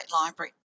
library